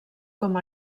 com